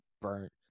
burnt